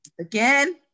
again